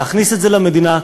להכניס את זה למדינה,